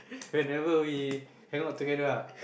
whenever we hangout together ah